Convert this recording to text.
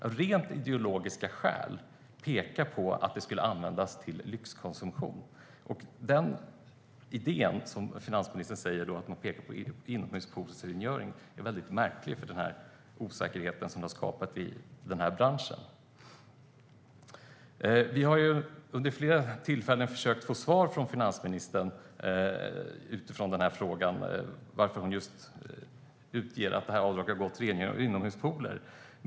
Av rent ideologiska skäl pekar hon på att RUT-avdraget skulle användas till lyxkonsumtion. Finansministerns idé om inomhuspoolrengöring är väldigt märklig och den har skapat en osäkerhet i den här branschen. Vi har vid flera tillfällen försökt få svar från finansministern om varifrån hon fått att detta avdrag har gått till rengöring av inomhuspooler.